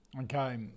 Okay